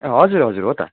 ए हजुर हजुर हो त